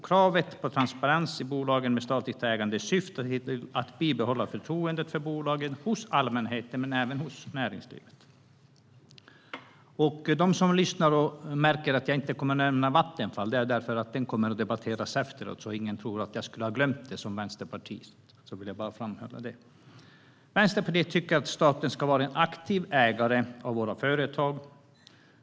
Kravet på transparens i bolagen med statligt ägande syftar till att bibehålla förtroendet för bolagen hos allmänheten men även hos näringslivet. De som lyssnar kommer att märka att jag inte nämner Vattenfall. Jag vill framhålla att det är för att det kommer att debatteras efteråt, så att ingen tror att jag som vänsterpartist skulle ha glömt det. Vänsterpartiet tycker att staten ska vara en aktiv ägare av våra företag.